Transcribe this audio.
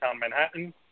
Manhattan